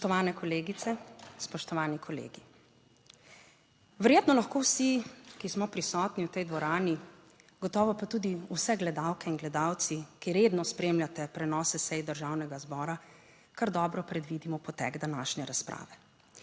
Spoštovane kolegice, spoštovani kolegi! Verjetno lahko vsi, ki smo prisotni v tej dvorani, gotovo pa tudi vse gledalke in gledalci, ki redno spremljate prenose sej Državnega zbora, kar dobro predvidimo potek današnje razprave.